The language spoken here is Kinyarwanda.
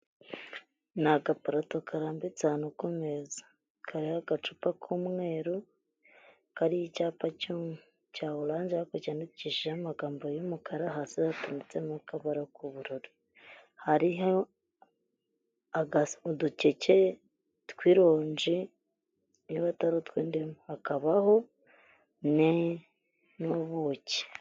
Ni agaparato karambitse ahantu ku meza, kariho agacupa k'umweru kariho icyapa cya oranje ariko cyandikishije amagambo y'umukara, hasi hatambitseho akabara k'ubururu, hariho udukeke tw'ironje niba atari utw'indimu, hakabaho ne n'ubuki.